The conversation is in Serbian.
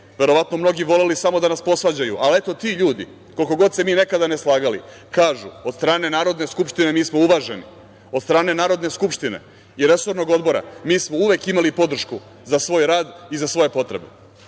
verovatno mnogi voleli samo da nas posvađaju. Ali, eto ti ljudi, koliko god se mi nekada ne slagali kažu - od strane Narodne skupštine mi smo uvaženi, od strane Narodne skupštine i resornog odbora mi smo uvek imali podršku za svoj rad i za svoje potrebe.